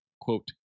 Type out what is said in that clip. quote